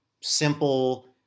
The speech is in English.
simple